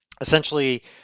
essentially